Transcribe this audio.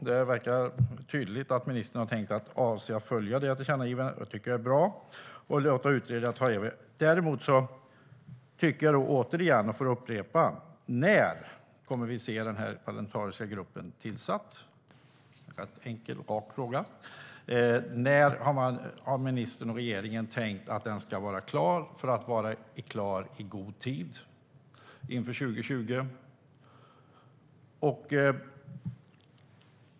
Det verkar tydligt att ministern avser att följa det tillkännagivandet. Det tycker jag är bra. Däremot undrar jag: När kommer vi att se den parlamentariska gruppen tillsatt? Det är en enkel och rak fråga. När har ministern och regeringen tänkt att den ska vara klar? Den ska ju vara klar i god tid inför 2020?